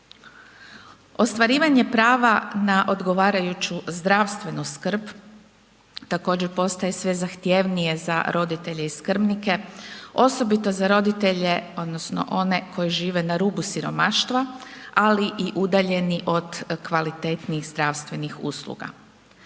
Ostvarivanje prava na odgovarajuću zdravstvenu skrb, također postaje sve zahtjevnije za roditelje i skrbnike osobito za roditelje odnosno one koji žive na rubu siromaštva, ali i udaljeni od kvalitetnijih zdravstvenih usluga.